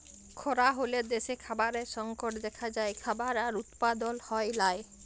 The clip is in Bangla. খরা হ্যলে দ্যাশে খাবারের সংকট দ্যাখা যায়, খাবার আর উৎপাদল হ্যয় লায়